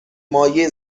مایع